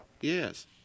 Yes